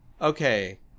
okay